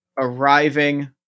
arriving